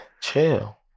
Chill